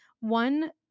one